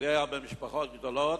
שפוגע במשפחות גדולות,